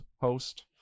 host